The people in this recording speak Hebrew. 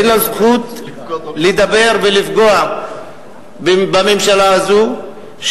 אין לו זכות לדבר ולפגוע בממשלה הזאת,